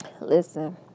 listen